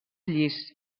llis